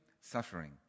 suffering